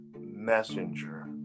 messenger